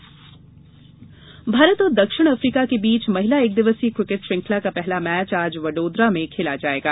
महिला cricket Bharat और दक्षिण अफ्रीका के बीच महिला एकदिवसीय क्रिकेट श्रृंखला का पहला मैच आज वडोदरा भें खेला जाएगा